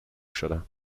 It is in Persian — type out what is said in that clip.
شدم